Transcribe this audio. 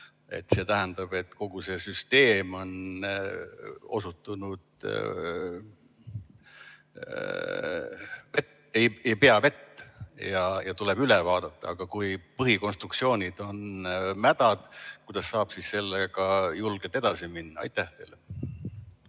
See tähendab, et kogu see süsteem ei pea vett ja tuleb üle vaadata. Aga kui põhikonstruktsioonid on mädad, kuidas saab sellega julgelt edasi minna? Aitäh! See